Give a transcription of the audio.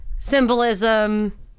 symbolism